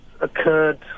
occurred